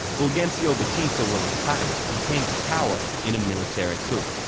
fulgencio batista was a tyrant who came to power in a military coup.